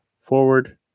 forward